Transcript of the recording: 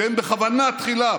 שהם בכוונה תחילה,